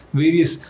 various